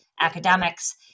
academics